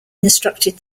instructed